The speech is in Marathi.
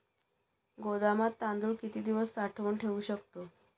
गोदामात तांदूळ किती दिवस साठवून ठेवू शकतो?